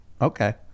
Okay